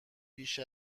بیش